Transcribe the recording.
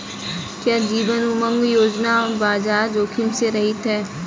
क्या जीवन उमंग योजना बाजार जोखिम से रहित है?